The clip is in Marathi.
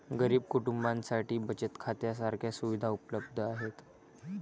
गरीब कुटुंबांसाठी बचत खात्या सारख्या सुविधा उपलब्ध आहेत